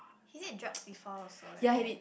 he did drugs before also right